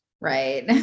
Right